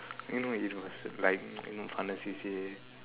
you know it was like C_C_A